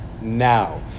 now